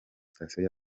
station